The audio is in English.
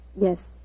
Yes